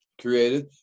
created